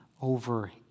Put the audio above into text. over